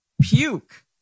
puke